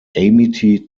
amity